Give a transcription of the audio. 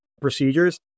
procedures